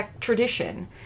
tradition